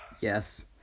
Yes